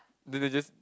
then they just